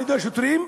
על-ידי השוטרים,